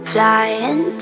Flying